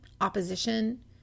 opposition